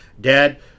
Dad